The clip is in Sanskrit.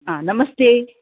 हा नमस्ते